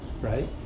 right